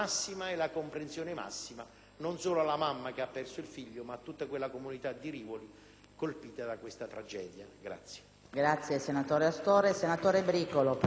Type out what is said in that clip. non solo alla mamma che ha perso il figlio ma a tutta la comunità di Rivoli, colpita da questa tragedia.